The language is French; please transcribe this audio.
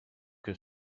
que